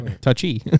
Touchy